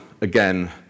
again